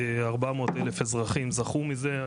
כ-400,000 אזרחים זכו מזה,